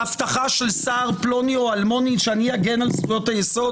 ההבטחה של שר פלוני או אלמוני שאני אגן על זכויות היסוד?